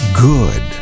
good